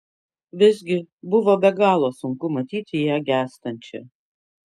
visgi buvo be galo sunku matyti ją gęstančią